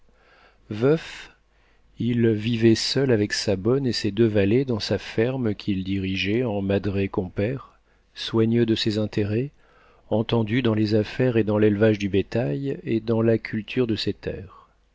veuf il vivait seul avec sa bonne et ses deux valets dans sa ferme qu'il dirigeait en madré compère soigneux de ses intérêts entendu dans les affaires et dans l'élevage du bétail et dans la culture de ses terres